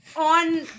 on